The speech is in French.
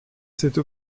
cette